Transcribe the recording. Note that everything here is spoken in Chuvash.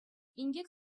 инкек